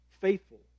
faithful